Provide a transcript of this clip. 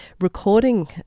recording